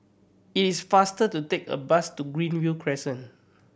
it is faster to take a bus to Greenview Crescent